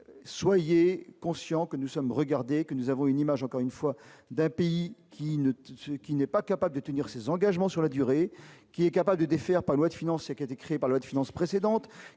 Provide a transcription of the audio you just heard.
Soyez conscient que nous sommes regardés que nous avons une image encore une fois d'un pays qui ne qui n'est pas capable de tenir ses engagements sur la durée qui est capable de défaire pas loi de finance et qui a été créé par la haute finance précédente